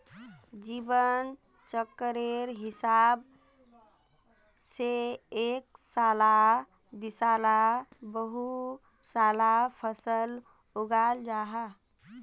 जीवन चक्रेर हिसाब से एक साला दिसाला बहु साला फसल उगाल जाहा